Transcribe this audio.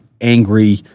angry